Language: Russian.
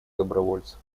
добровольцев